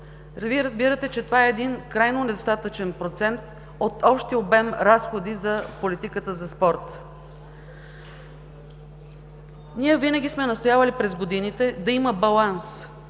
Вие разбирате, че това е един крайно недостатъчен процент от общия обем разходи за политиката за спорт. Ние винаги сме настоявали през годините да има баланс